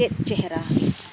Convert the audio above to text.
ᱪᱮᱫ ᱪᱮᱦᱨᱟ